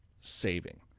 saving